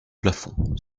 plafond